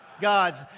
God's